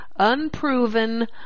unproven